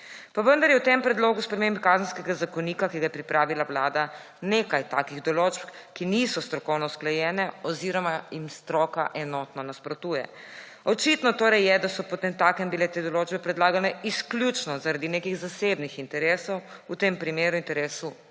Pa vendar je v tem predlogu sprememb Kazenskega zakonika, ki ga je pripravila Vlada, nekaj takih določb, ki niso strokovno usklajene oziroma jim stroka enotno nasprotuje. Očitno je torej, da so bile potemtakem te določbe predlagane izključno zaradi nekih zasebnih interesov, v tem primeru interesov